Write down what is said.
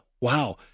wow